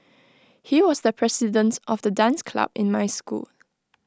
he was the president of the dance club in my school